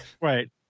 right